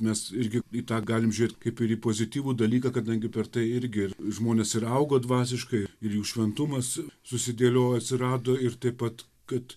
mes irgi į tą galim žiūrėt kaip ir į pozityvų dalyką kadangi per tai irgi žmonės ir augo dvasiškai ir jų šventumas susidėliojo atsirado ir taip pat kad